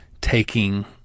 taking